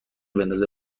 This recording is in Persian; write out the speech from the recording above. بندازه